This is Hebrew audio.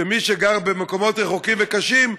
שמי שגר במקומות רחוקים וקשים,